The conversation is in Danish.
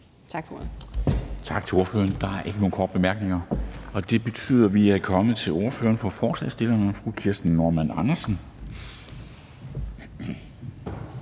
Dam Kristensen): Tak til ordføreren. Der er ikke nogen korte bemærkninger, og det betyder, at vi er kommet til ordføreren for forslagsstillerne, fru Kirsten Normann Andersen,